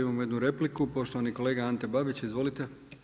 Imamo jednu repliku, poštovani kolega Ante Babić, izvolite.